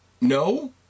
no